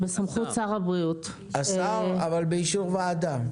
בסמכות שר הבריאות באישור הוועדה.